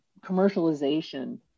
commercialization